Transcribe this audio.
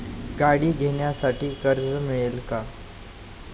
गाडी घेण्यासाठी कर्ज मिळेल का?